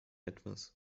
etwas